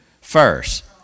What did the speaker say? First